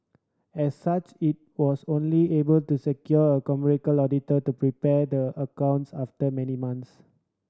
as such it was only able to secure a commercial auditor to prepare the accounts after many months